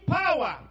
power